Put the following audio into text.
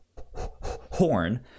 horn